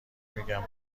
میگن